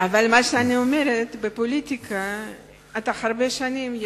אבל מה שאני אומרת, בפוליטיקה אתה הרבה שנים.